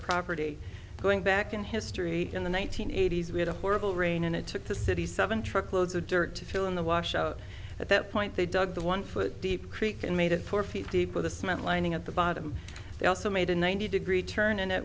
property going back in history in the one nine hundred eighty s we had a horrible rain and it took the city seven truckloads of dirt to fill in the washout at that point they dug the one foot deep creek and made it four feet deep with a small lining at the bottom they also made a ninety degree turn in it